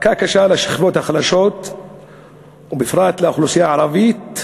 מכה קשה לשכבות החלשות ובפרט לאוכלוסייה הערבית,